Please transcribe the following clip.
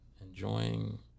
enjoying